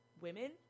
women